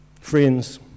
Friends